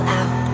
out